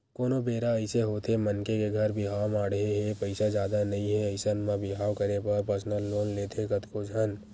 कोनो बेरा अइसे होथे मनखे के घर बिहाव माड़हे हे पइसा जादा नइ हे अइसन म बिहाव करे बर परसनल लोन लेथे कतको झन